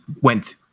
went